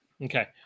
Okay